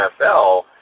NFL